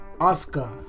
Oscar